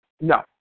no